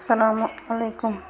السَلامُ علیکُم